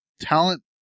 Talent